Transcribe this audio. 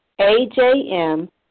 A-J-M